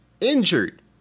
injured